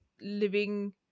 living